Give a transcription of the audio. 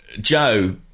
Joe